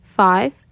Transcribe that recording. Five